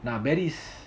நான்:naan berries